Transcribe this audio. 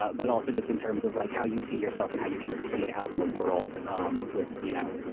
ah but also just in terms of like how you see yourself and how you can proceed out in the world um with, you know.